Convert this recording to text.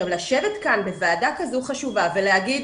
לשבת כאן בוועדה כזו חשובה ולהגיד